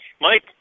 mike